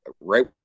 right